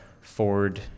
Ford